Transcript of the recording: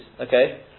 Okay